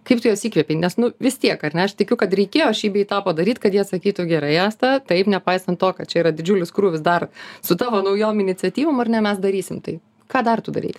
kaip tu juos įkvėpei nes nu vis tiek ar ne aš tikiu kad reikėjo šį bei tą padaryt kad jie atsakytų gerai asta taip nepaisant to kad čia yra didžiulis krūvis dar su tavo naujom iniciatyvom ar ne mes darysim tai ką dar tu darei